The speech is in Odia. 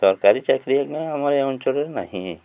ସରକାରୀ ଚାକିରି ଆମର ଏ ଅଞ୍ଚଳରେ ନାହିଁ